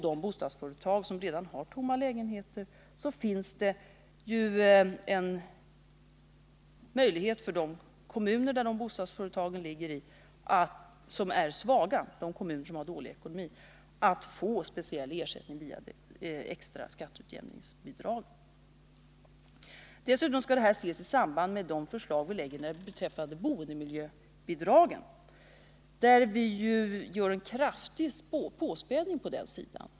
De kommuner som redan har tomma lägenheter har möjlighet att få speciell ersättning via extra skatteutjämningsbidrag. Dessutom skall detta sesisamband med våra förslag om bostadsmiljöbidrag. På den sidan gör vi en kraftig påspädning.